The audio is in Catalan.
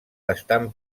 estan